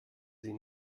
sie